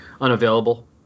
unavailable